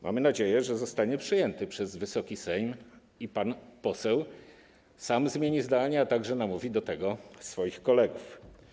Mamy nadzieję, że zostanie on przyjęty przez Wysoki Sejm i pan poseł sam zmieni zdanie, a także namówi do tego swoich kolegów.